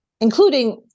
including